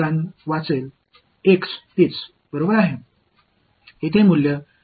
எனவே இது பின்புறம் உள்ளது